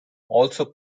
also